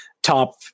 Top